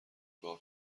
گاو